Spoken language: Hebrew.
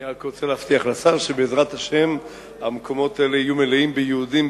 אני רק רוצה להבטיח לשר שבעזרת השם המקומות האלה יהיו מלאים ביהודים,